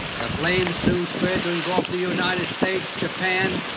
the flames soon spread to engulf the united states, japan,